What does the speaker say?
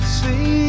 see